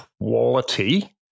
quality